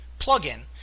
plugin